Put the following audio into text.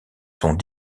sont